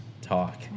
talk